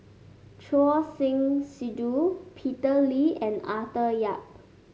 Choor Singh Sidhu Peter Lee and Arthur Yap